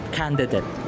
candidate